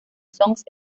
songs